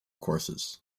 courses